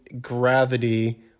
gravity